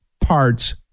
parts